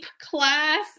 class